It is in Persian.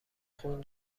خون